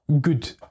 good